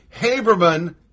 Haberman